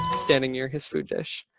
standing near his food dish.